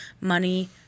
money